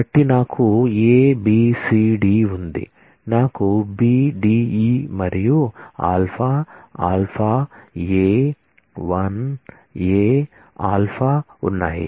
కాబట్టి నాకు A B C D ఉంది నాకు B D E మరియు α α a 1 a α ఉన్నాయి